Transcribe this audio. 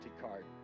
card